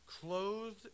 clothed